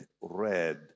red